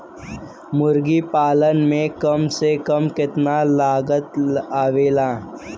मुर्गी पालन में कम से कम कितना लागत आवेला?